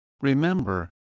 Remember